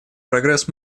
прогресс